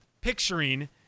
picturing